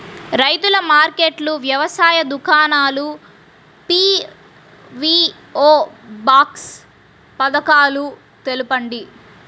రైతుల మార్కెట్లు, వ్యవసాయ దుకాణాలు, పీ.వీ.ఓ బాక్స్ పథకాలు తెలుపండి?